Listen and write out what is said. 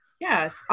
Yes